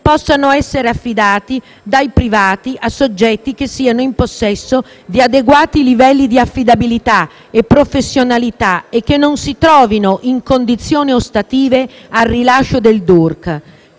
possano essere affidati dai privati a soggetti che siano in possesso di adeguati livelli di affidabilità e professionalità e che non si trovino in condizioni ostative al rilascio del DURC.